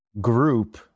group